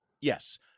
Yes